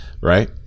right